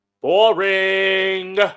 Boring